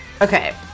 Okay